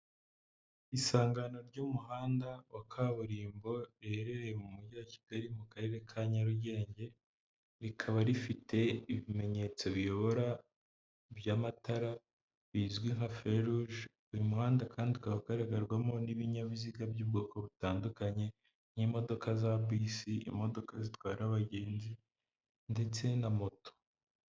Isangano ry'umuhanda wa kaburimbo riherereye mu mujyi wa kigali mu Karere ka Nyarugenge, rikaba rifite ibimenyetso biyobora by'amatara bizwi nka feruje, uyu muhanda kandi ukaba ugaragarwamo n'ibinyabiziga by'ubwoko butandukanye, nk'imodoka za bisi, imodoka zitwara abagenzi, ndetse na moto.